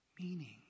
meaning